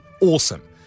awesome